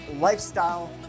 Lifestyle